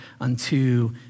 unto